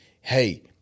hey